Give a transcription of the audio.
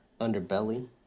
underbelly